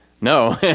no